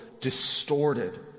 distorted